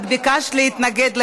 את ביקשת להתנגד לחוק.